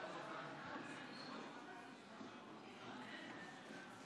של חבר הכנסת שלמה קרעי לפני סעיף 1 לא נתקבלה.